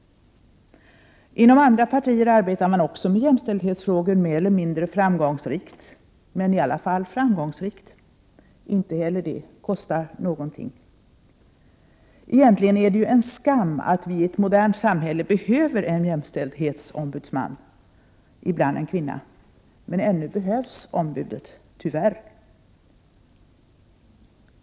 Inom andra partier arbetar man också med jämställdhetsfrågor mer eller mindre framgångsrikt, men i alla fall framgångsrikt. Inte heller det kostar någonting. Egentligen är det ju en skam att vi i ett modernt samhälle behöver en jämställdhetsombudsman — ibland en kvinna — men ännu behövs ombudet, tyvärr.